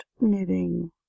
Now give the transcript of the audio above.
knitting